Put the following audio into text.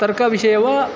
तर्कविषये वा